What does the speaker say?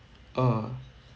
ah